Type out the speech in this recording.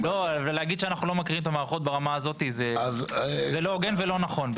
להגיד שאנחנו לא מכירים את המערכות ברמה המספקת זה לא הוגן ולא נכון.